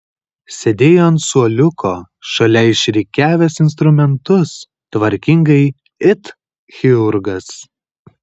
sėdėjo ant suoliuko šalia išrikiavęs instrumentus tvarkingai it chirurgas